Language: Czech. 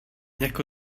jako